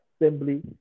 assembly